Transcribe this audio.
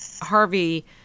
Harvey